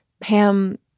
Pam